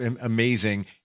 amazing